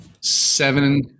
Seven